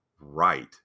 right